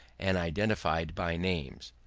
and identified by names.